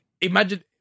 imagine